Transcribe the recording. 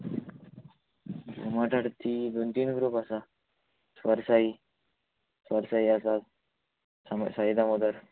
घुमट आरती दोन तीन ग्रूप आसा स्वर साई स्वर साई आसा दामो साई दामोदर